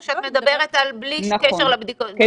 או שאת מדברת בלי קשר לבדיקות?